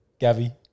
Gavi